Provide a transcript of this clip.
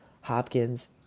Hopkins